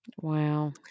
Wow